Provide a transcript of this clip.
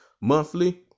monthly